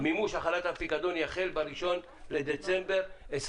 מימוש החלת הפיקדון יחל ב-1 בדצמבר 2021,